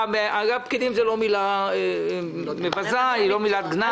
פקידים זאת לא מילה מבזה ולא מילת גנאי.